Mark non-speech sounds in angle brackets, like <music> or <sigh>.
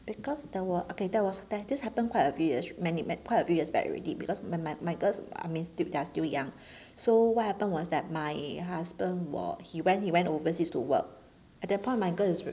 because there were okay there was there this happen quite a bit actually many ma~ quite a few years back already because my my my girls I means they they're still young <breath> so what happened was that my husband while he went he went overseas to work at that point my girls is